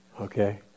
Okay